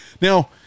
now